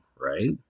right